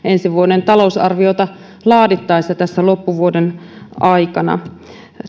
ensi vuoden talousarviota laadittaessa tässä loppuvuoden aikana